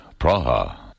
Praha